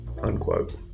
unquote